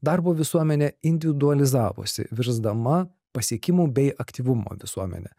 darbo visuomenė individualizavosi virsdama pasiekimų bei aktyvumo visuomene